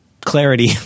clarity